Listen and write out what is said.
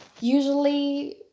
usually